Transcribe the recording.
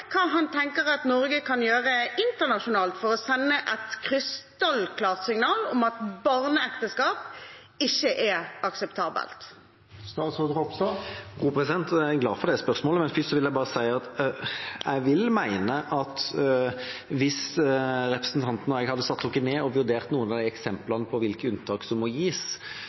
hva han tenker at Norge kan gjøre internasjonalt for å sende et krystallklart signal om at barneekteskap ikke er akseptabelt. Jeg er glad for det spørsmålet. Men først vil jeg bare si at jeg vil mene at hvis representanten og jeg hadde satt oss ned og vurdert noen av eksemplene på hvilke unntak som må gis,